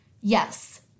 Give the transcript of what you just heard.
Yes